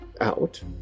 out